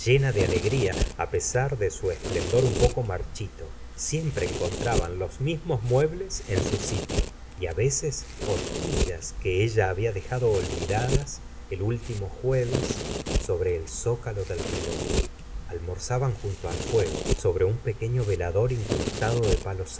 de ale gría á pesar de su esplendor un poco marchito siempre encontraban los mismos muebles en su sitio y á veces horquillas que ella b abia dejado olvidadas el último jueves sobre el zócalo del relj almorzaban junto al fuego sobre un pequeño velador incrusta do de